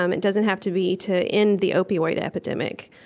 um it doesn't have to be to end the opioid epidemic.